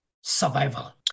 survival